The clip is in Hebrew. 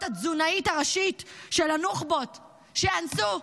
התזונאית הראשית של הנוח'בות שאנסו,